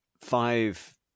five